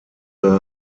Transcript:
neben